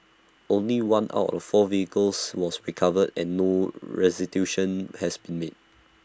only one out of four vehicles was recovered and no restitution had been made